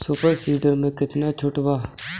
Super seeder मै कितना छुट बा?